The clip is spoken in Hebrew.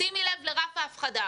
שימי לב לרף ההפחדה.